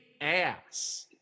ass